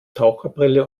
taucherbrille